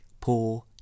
poor